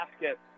basket